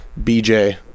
BJ